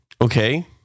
Okay